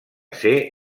ser